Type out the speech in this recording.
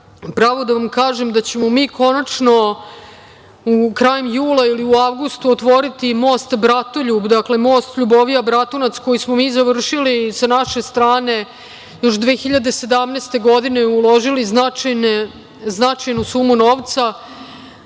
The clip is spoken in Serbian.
pravo da vam kažem, da ćemo mi konačno krajem jula ili u avgustu otvoriti most „Bratoljub“, dakle, most LJubovija – Bratunac, koji smo mi završili sa naše strane još 2017. godine i uložili značajnu sumu novca